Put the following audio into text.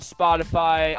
Spotify